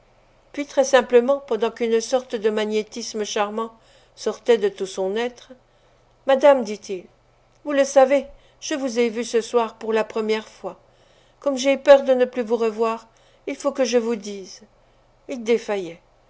puis très simplement pendant qu'une sorte de magnétisme charmant sortait de tout son être madame dit-il vous le savez je vous ai vue ce soir pour la première fois comme j'ai peur de ne plus vous revoir il faut que je vous dise